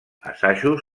assajos